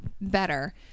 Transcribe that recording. better